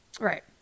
Right